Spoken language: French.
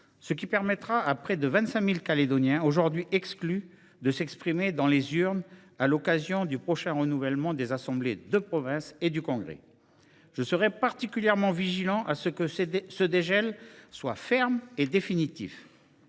Cela permettra à près de 25 000 Calédoniens, aujourd’hui exclus, de s’exprimer dans les urnes à l’occasion du prochain renouvellement des assemblées de province et du congrès. Je serai particulièrement vigilant à ce que ce dégel soit ferme et définitif.